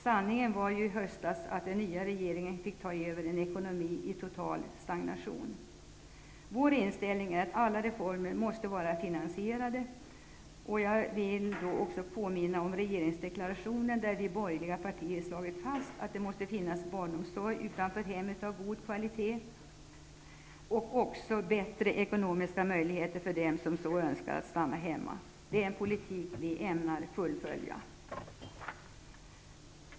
Sanningen var ju i höstas att den nya regeringen fick ta över en ekonomi i total stagnation. Vår inställning är att alla reformer måste vara finansierade. Jag vill också påminna om regeringsdeklarationen, där vi borgerliga partier har slagit fast att det måste finnas barnomsorg utanför hemmet av god kvalitet och även bättre ekonomiska möjligheter, för dem som så önskar, att stanna hemma. Det är en politik vi ämnar fullfölja.